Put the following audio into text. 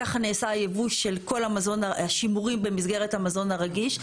כך נעשה הייבוא של כל מזון השימורים במסגרת המזון הרגיש.